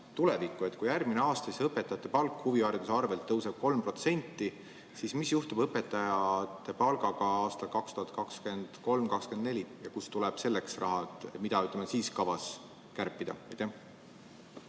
tulevikku. Kui järgmine aasta õpetajate palk huvihariduse arvel tõuseb 3%, siis mis juhtub õpetajate palgaga aastail 2023 ja 2024? Kust tuleb selleks raha? Mida on siis kavas kärpida?